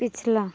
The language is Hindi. पिछला